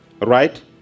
right